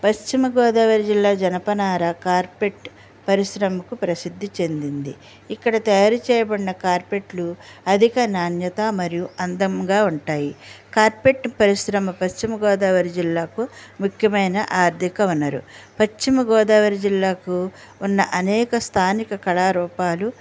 పశ్చిమగోదావరి జిల్లా జనపనార కార్పెట్ పరిశ్రమకు ప్రసిద్ధి చెందింది ఇక్కడ తయారు చేయబడిన కార్పెట్లు అధిక నాణ్యత మరియు అందంగా ఉంటాయి కార్పెట్ పరిశ్రమ పశ్చిమగోదావరి జిల్లాకు ముఖ్యమైన ఆర్థిక వనరు పశ్చిమగోదావరి జిల్లాకు ఉన్న అనేక స్థానిక కళారూపాలు